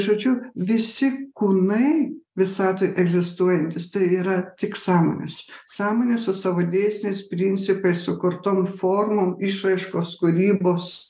žodžiu visi kūnai visatoj egzistuojantys tai yra tik sąmonės sąmonės su savo dėsniais principais sukurtom formom išraiškos kūrybos